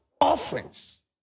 Offerings